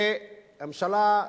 זה ממשלה,